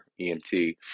EMT